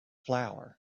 flour